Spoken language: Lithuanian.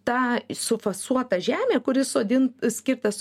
ta sufasuota žemė kuri sodin skirtas